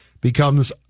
becomes